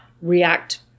react